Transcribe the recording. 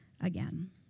again